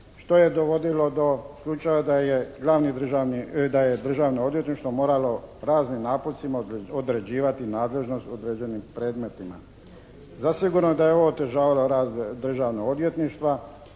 da je glavni državni, da je Državno odvjetništvo moralo raznim napucima određivati nadležnost određenim predmetima. Zasigurno da je ovo otežavalo rad Državnog odvjetništva